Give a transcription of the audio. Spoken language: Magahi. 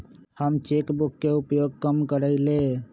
हम चेक बुक के उपयोग कम करइले